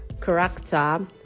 character